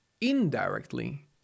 indirectly